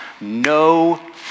no